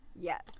Yes